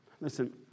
Listen